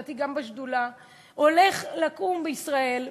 ולדעתי גם בשדולה: הולך לקום בישראל,